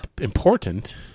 Important